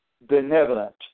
benevolent